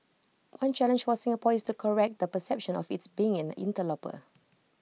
one challenge for Singapore is to correct the perception of IT being an interloper